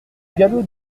galop